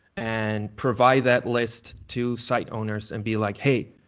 and provide that list to site owners and be like, hey,